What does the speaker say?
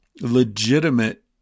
legitimate